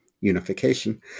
unification